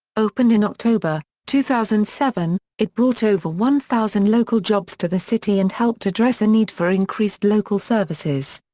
opened in october, two thousand and seven, it brought over one thousand local jobs to the city and helped address a need for increased local services.